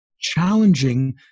challenging